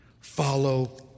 Follow